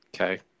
Okay